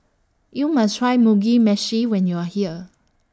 YOU must Try Mugi Meshi when YOU Are here